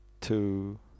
two